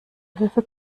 hilfe